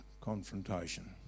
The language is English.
confrontation